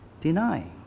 deny